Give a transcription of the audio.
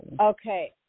Okay